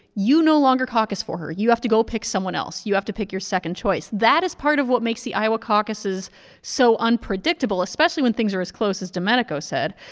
you no longer caucus for her. you have to go pick someone else. you have to pick your second choice. that is part of what makes the iowa caucuses so unpredictable, especially when things are as close as domenico said.